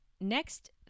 next